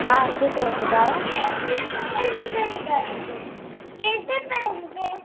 हा अचे थो ॿुधायो